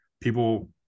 people